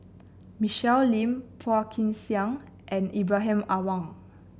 Michelle Lim Phua Kin Siang and Ibrahim Awang